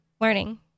learning